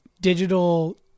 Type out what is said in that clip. digital